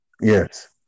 Yes